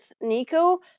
Nico